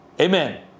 Amen